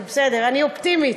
זה בסדר, אני אופטימית.